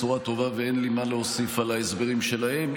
ואין לי מה להוסיף על ההסברים שלהם.